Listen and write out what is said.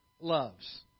loves